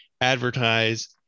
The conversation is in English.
advertise